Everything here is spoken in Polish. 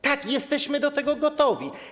Tak, jesteśmy do tego gotowi.